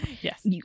Yes